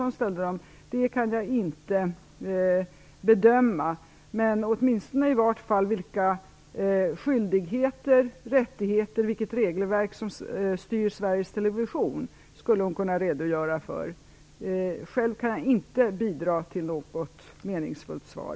Hon skulle i varje fall kunna redogöra för skyldigheter och rättigheter och vilket regelverk som styr Sveriges Jag kan inte bidra till något meningsfullt svar.